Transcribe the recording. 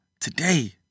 today